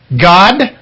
God